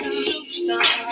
superstar